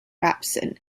absent